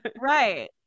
Right